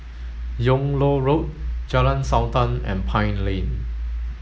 Yung Loh Road Jalan Sultan and Pine Lane